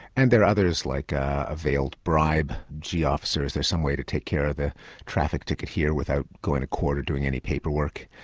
and there are others, like a veiled bribe, gee officer, is there some way to take care of the traffic ticket here without going to court or doing any paperwork?